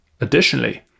Additionally